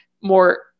more